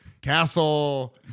Castle